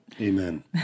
Amen